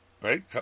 Right